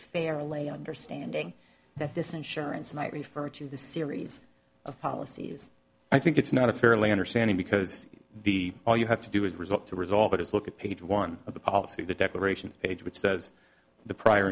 fairly understanding that this insurance might refer to the series of policies i think it's not a fairly understanding because the all you have to do is result to resolve it is look at page one of the policy the declaration page which says the prior